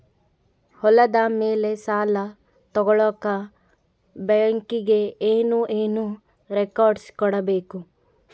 ಹೊಲದ ಮೇಲೆ ಸಾಲ ತಗಳಕ ಬ್ಯಾಂಕಿಗೆ ಏನು ಏನು ರೆಕಾರ್ಡ್ಸ್ ಕೊಡಬೇಕು?